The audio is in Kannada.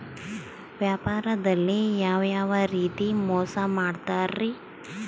ವ್ಯಾಪಾರದಲ್ಲಿ ಯಾವ್ಯಾವ ರೇತಿ ಮೋಸ ಮಾಡ್ತಾರ್ರಿ?